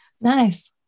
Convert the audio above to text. Nice